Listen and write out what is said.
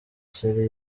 syria